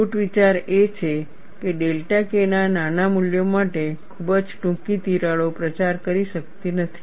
root વિચાર એ છે કે ડેલ્ટા K ના નાના મૂલ્યો માટે ખૂબ જ ટૂંકી તિરાડો પ્રચાર કરી શકતી નથી